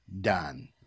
done